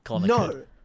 no